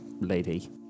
lady